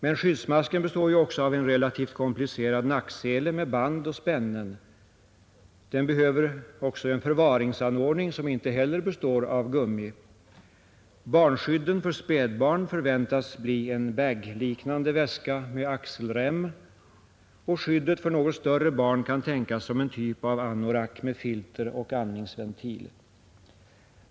Men skyddsmasken består ju också av en relativt komplicerad nacksele med band och spännen. Den behöver även en förvaringsanordning, som inte heller består av gummi. Barnskydden för spädbarn förväntas bli en bagliknande väska med axelrem. Skyddet för något större barn kan tänkas som en typ av anorak med filter och andningsventil.